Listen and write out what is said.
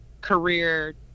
career